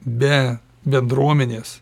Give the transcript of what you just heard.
be bendruomenės